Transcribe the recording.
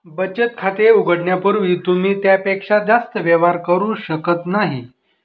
बचत खाते उघडण्यापूर्वी तुम्ही त्यापेक्षा जास्त व्यवहार करू शकत नाही